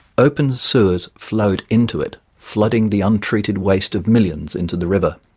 open sewers flowed into it, flooding the untreated waste of millions into the river.